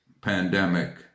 pandemic